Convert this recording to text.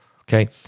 okay